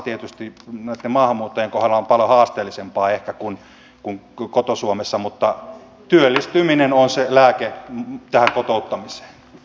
tietysti näitten maahanmuuttajien kohdalla on paljon haasteellisempaa ehkä kuin kotosuomalaisten mutta työllistyminen on se lääke tähän kotouttamiseen